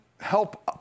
help